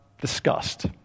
disgust